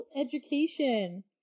education